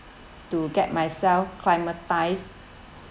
to get myself climatised